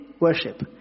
worship